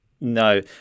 No